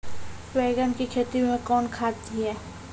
बैंगन की खेती मैं कौन खाद दिए?